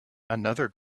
another